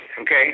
Okay